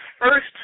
first